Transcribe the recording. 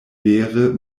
vere